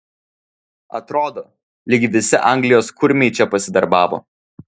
atrodo lyg visi anglijos kurmiai čia pasidarbavo